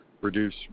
reduce